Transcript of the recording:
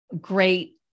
great